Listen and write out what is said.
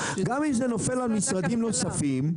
גם אם זה נופל על משרדים נוספים,